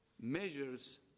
measures